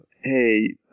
Hey